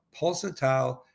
pulsatile